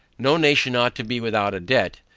no nation ought to be without a debt.